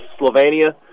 Slovenia